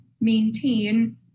maintain